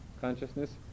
consciousness